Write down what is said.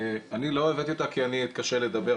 אני לא הבאתי אותה כי אני מתקשה לדבר,